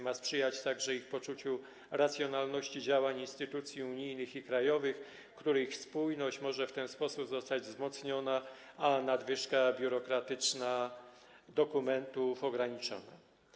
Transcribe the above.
Ma to sprzyjać także poczuciu racjonalności działań instytucji unijnych i krajowych, których spójność może w ten sposób zostać wzmocniona, a nadwyżka biurokratyczna dokumentów ograniczona.